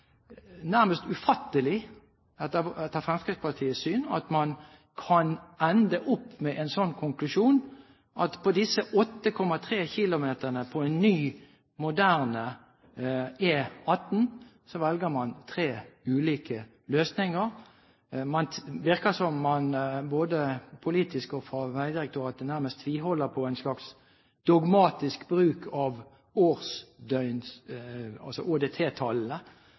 nærmest ufattelig at man kan ende opp med en sånn konklusjon, at på disse 8,3 km på en ny, moderne E18, velger man tre ulike løsninger. Det virker som man både politisk og fra Vegdirektoratet nærmest tviholder på en slags dogmatisk bruk av